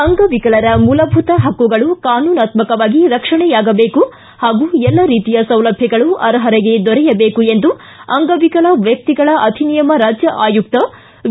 ಅಂಗವಿಕಲರ ಮೂಲಭೂತ ಪಕ್ಕುಗಳು ಕಾನೂನಾತ್ಮಕವಾಗಿ ರಕ್ಷಣೆಯಾಗಬೇಕು ಹಾಗೂ ಎಲ್ಲ ರೀತಿಯ ಸೌಲಭ್ಯಗಳು ಅರ್ಹರಿಗೆ ದೊರೆಯಬೇಕು ಎಂದು ಅಂಗವಿಕಲಿ ವ್ಹಿಗಳಿ ಅಧಿನಿಯಮ ರಾಜ್ಯ ಆಯುಕ್ತ ವಿ